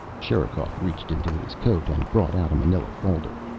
sherikov reached into his coat and brought out a manila folder.